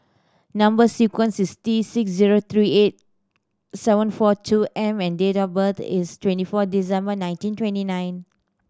number sequence is T six zero three eight seven four two M and date of birth is twenty four December nineteen twenty nine